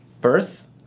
birth